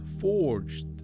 forged